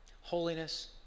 Holiness